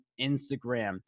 Instagram